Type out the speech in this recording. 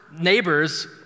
neighbors